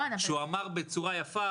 הוא דיבר ממלכתית.